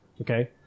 Okay